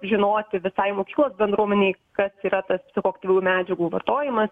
žinoti visai mokyklos bendruomenei kas yra tas psichoaktyvių medžiagų vartojimas